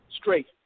straight